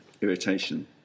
irritation